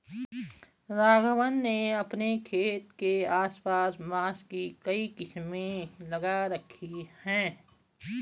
राघवन ने अपने खेत के आस पास बांस की कई किस्में लगा रखी हैं